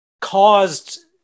caused